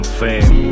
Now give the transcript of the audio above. fame